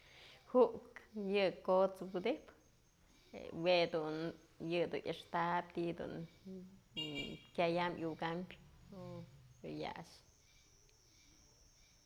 Ju'uk yë kot's wydyjpë jue dun, yëdun a'axtäp ti'i dun kyayam yukambë jadun yax.